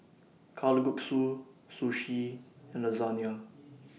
Kalguksu Sushi and Lasagna